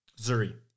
Zuri